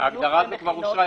ההגדרה הזאת כבר אושרה,